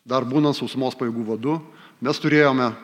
dar būnant sausumos pajėgų vadu mes turėjome